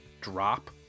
drop